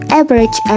average